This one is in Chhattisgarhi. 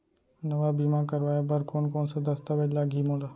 नवा बीमा करवाय बर कोन कोन स दस्तावेज लागही मोला?